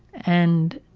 and